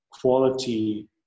quality